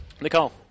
Nicole